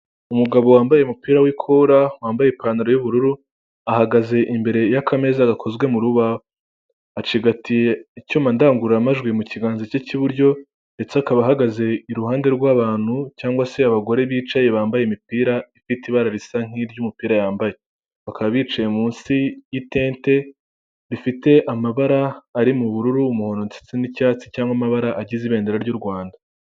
Umugabo wambaye umupira w'ikora, wambaye ipantaro y'ubururu, ahagaze imbere y'akameza gakozwe mu rubaho, acigatiye icyuma ndangururamajwi mu kiganza cye cy'iburyo ndetse akaba ahagaze iruhande rw'abantu, cyangwa se abagore bicaye bambaye imipira ifite ibara risa nk'iry'umupira yambaye, bakaba bicaye munsi y'itente rifite amabara arimo ubururu, umuhondo ndetse n'icyatsi cyangwa amabara agize ibendera ry'u Rwanda.